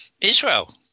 Israel